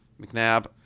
McNabb